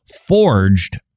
forged